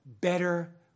better